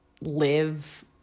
live